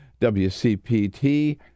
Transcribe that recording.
WCPT